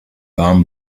warm